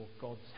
God's